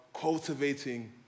cultivating